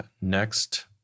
Next